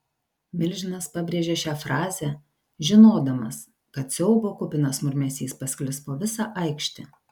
milžinas pabrėžė šią frazę žinodamas kad siaubo kupinas murmesys pasklis po visą aikštę